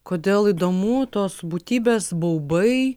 kodėl įdomu tos būtybės baubai